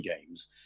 games